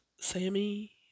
Sammy